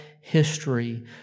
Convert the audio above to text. history